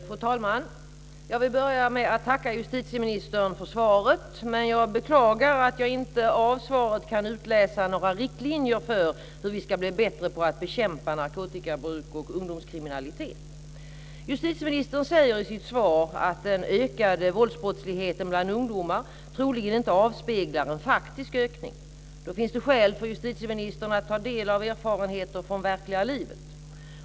Fru talman! Jag vill börja med att tacka justitieministern för svaret, men jag beklagar att jag inte av svaret kan utläsa några riktlinjer för hur vi ska bli bättre på att bekämpa narkotikabruk och ungdomskriminalitet. Justitieministern säger i sitt svar att den ökade våldsbrottsligheten bland ungdomar troligen inte avspeglar en faktisk ökning. Då finns det skäl för justitieministern att ta del av erfarenheter från verkliga livet.